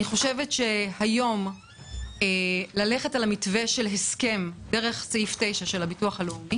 יש היום ללכת על המתווה של הסכם דרך סעיף 9 של הביטוח הלאומי